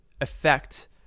affect